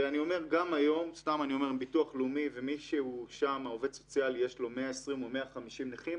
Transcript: ואם לעובד סוציאלי בביטוח לאומי יש 120 או 150 נכים,